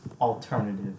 alternative